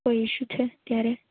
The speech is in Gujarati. કોઈ ઈશ્યુ છે ત્યારે